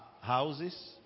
houses